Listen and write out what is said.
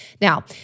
Now